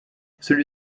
celui